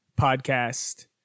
podcast